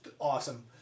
awesome